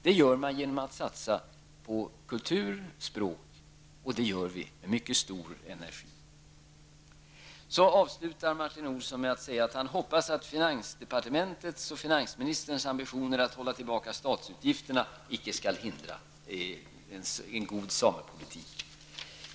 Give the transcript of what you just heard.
Det gör man genom att satsa på kultur och språk, och det gör vi med mycket stor energi. Martin Olsson avslutade med att säga att han hoppas att finansdepartementets och finansministerns ambitioner att hålla tillbaka statsutgifterna icke skall hindra en god samepolitik.